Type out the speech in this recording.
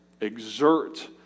exert